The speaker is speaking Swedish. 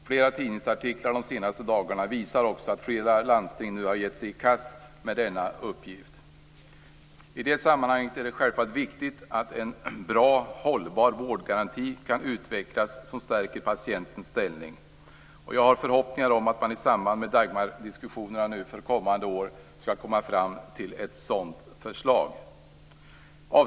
Flera tidningsartiklar de senaste dagarna visar också att flera landsting nu har gett sig i kast med denna uppgift. I det sammanhanget är det självfallet viktigt att en bra och hållbar vårdgaranti, som stärker patientens ställning, kan utvecklas. Jag har förhoppningar om att man i samband med Dagmardiskussionerna för kommande år skall komma fram till ett sådant förslag.